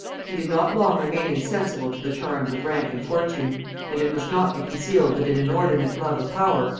he did not long remain insensible to the charms of rank and fortune and it must not be concealed that an inordinate love of power,